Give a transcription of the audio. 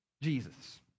Jesus